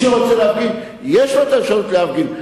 יש לו אפשרות להפגין,